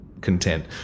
content